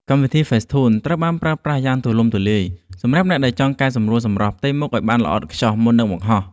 កម្មវិធី ហ្វេសធូន ត្រូវបានប្រើប្រាស់យ៉ាងទូលំទូលាយសម្រាប់អ្នកដែលចង់កែសម្រួលសម្រស់ផ្ទៃមុខឱ្យបានល្អឥតខ្ចោះមុននឹងបង្ហោះ។